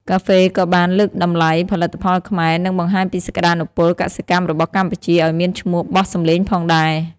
កាហ្វេក៏បាន លើកតម្លៃផលិតផលខ្មែរ និងបង្ហាញពីសក្តានុពលកសិកម្មរបស់កម្ពុជាឱ្យមានឈ្មោះបោះសំឡេងផងដែរ។